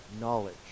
knowledge